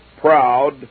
proud